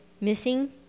missing